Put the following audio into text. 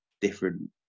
different